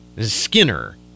Skinner